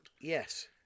Yes